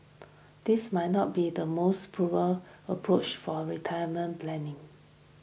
this might not be the most prudent approach for retirement planning